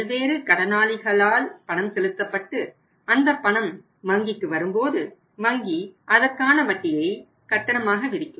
பல்வேறு கடனாளிகளால் பணம் செலுத்தப்பட்டு அந்த பணம் வங்கிக்கு வரும்போது வங்கி அதற்கான வட்டியை கட்டணமாக விதிக்கும்